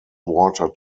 water